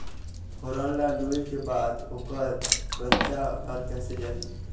फोरन ला लुए के बाद ओकर कंनचा हर कैसे जाही?